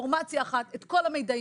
אינפורמציה אחת, כל המידעים.